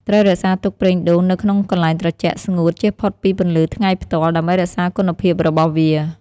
ត្រូវរក្សាទុកប្រេងដូងនៅក្នុងកន្លែងត្រជាក់ ស្ងួត ជៀសផុតពីពន្លឺថ្ងៃផ្ទាល់ ដើម្បីរក្សាគុណភាពរបស់វា។